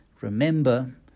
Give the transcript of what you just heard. Remember